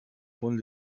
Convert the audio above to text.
von